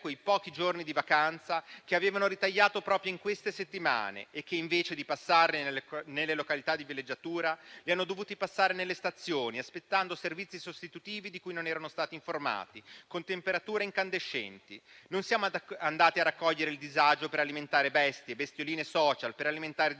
quei pochi giorni di vacanza che avevano ritagliato proprio in queste settimane e che, invece di passarli nelle località di villeggiatura, li hanno dovuti passare nelle stazioni, aspettando servizi sostitutivi di cui non erano stati informati, con temperature incandescenti. Non siamo andati a raccogliere il disagio per alimentare bestie e bestioline *social*, per alimentare disagio.